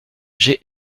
j’ai